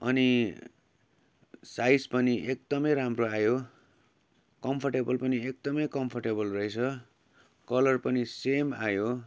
अनि साइज पनि एकदमै राम्रो आयो कम्फर्टेबल पनि एकदमै कम्फर्टेबल रहेछ कलर पनि सेम आयो